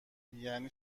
یعنی